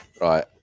right